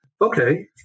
Okay